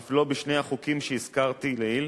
אף לא בשני החוקים שהזכרתי לעיל,